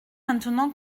maintenant